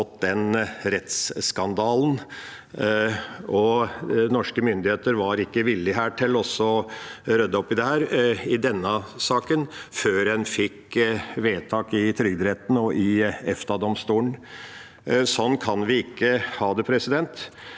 denne rettsskandalen. Norske myndigheter var ikke villige til å rydde opp i dette i denne saken før en fikk vedtak i Trygderetten og i EFTA-domstolen. Sånn kan vi ikke ha det, for